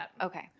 okay